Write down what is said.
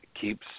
keeps